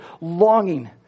longing